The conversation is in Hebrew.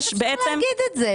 איך אפשר להגיד את זה?